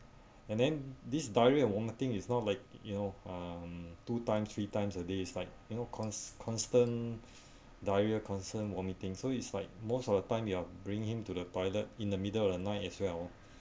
and then this diarrhea and vomiting is not like you know um two times three times a day is like you know cons~ constant diarrhea constant vomiting so it's like most of the time you're bring him to the toilet in the middle of the night as well